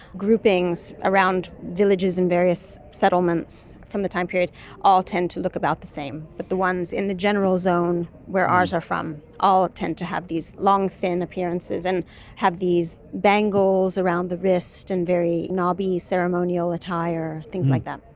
groupings around villages and various settlements from the time period all tend to look about the same, but the ones in the general zone where ours are from all tend to have these long, thin appearances and have these bangles around the wrist and very knobby ceremonial attire, things like that.